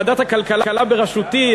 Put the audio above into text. בישיבת ועדת הכלכלה בראשותי,